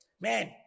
man